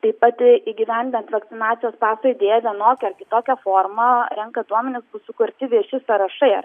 taip pat įgyvendinti vakcinacijos paso idėją vienokia ar kitokia forma renkant duomenis bus sukurti vieši sąrašai